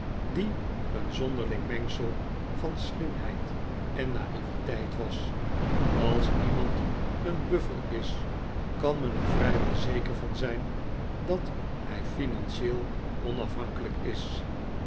die een zonderling mengsel van slimheid en na'iveteit was als iemand een buffer is kan men er vrijwel zeker van zijn dat hij financieel onafhankelijk is